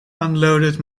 unloaded